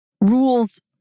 rules